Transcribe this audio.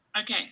Okay